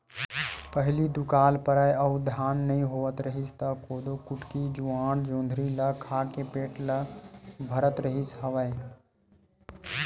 पहिली दुकाल परय अउ धान नइ होवत रिहिस त कोदो, कुटकी, जुवाड़, जोंधरी ल खा के पेट ल भरत रिहिस हवय